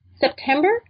September